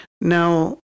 now